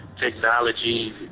technology